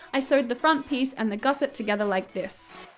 i sewed the front piece and the gusset together like this.